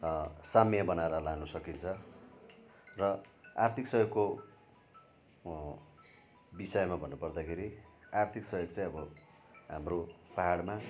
साम्य बनाएर लानुसकिन्छ र आर्थिक सहयोगको विषयमा भन्नुपर्दाखेरि आर्थिक सहयोग चाहिँ अब हाम्रो पाहाडमा